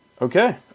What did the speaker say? Okay